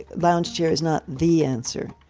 lounge chair is not the answer.